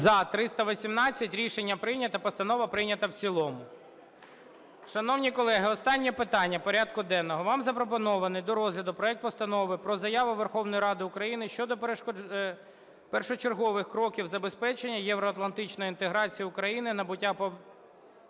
За-318 Рішення прийнято. Постанова прийнята в цілому. Шановні колеги, останнє питання порядку денного. Вам запропонований до розгляду проект Постанови про Заяву Верховної Ради України "Щодо першочергових кроків забезпечення євроатлантичної інтеграції України - набуття повноправного